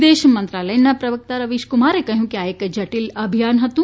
વિદેશ મંત્રાલયના પ્રવાક્તા રવીશ કુમારે કહ્યુંકે આ એક જટિલ અભિયાન હતુ